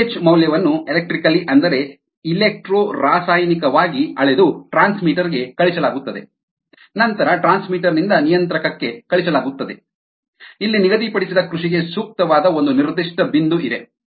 pH ಮೌಲ್ಯವನ್ನು electrically ಅಂದರೆ electro ರಾಸಾಯನಿಕವಾಗಿ ಅಳೆದು ಟ್ರಾನ್ಸ್ಮಿಟರ್ಗೆ ಕಳುಹಿಸಲಾಗುತ್ತದೆ ನಂತರ ಟ್ರಾನ್ಸ್ಮಿಟರ್ ನಿಂದ ನಿಯಂತ್ರಕಕ್ಕೆ ಕಳುಹಿಸಲಾಗುತ್ತದೆ ಇಲ್ಲಿ ನಿಗದಿಪಡಿಸಿದ ಕೃಷಿಗೆ ಸೂಕ್ತವಾದ ಒಂದು ನಿರ್ದಿಷ್ಟ ಬಿಂದು ಇದೆ